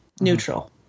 neutral